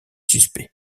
suspects